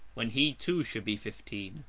when he too should be fifteen.